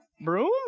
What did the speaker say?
Broom